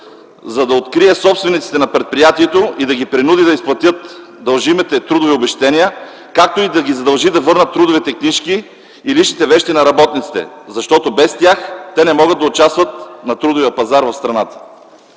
за да открие собствениците на предприятието и да ги принуди да изплатят дължимите трудови обезщетения, както и да ги задължи да върнат трудовите книжки и личните вещи на работниците? Защото без тях те не могат да участват на трудовия пазар в страната.